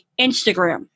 Instagram